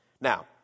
Now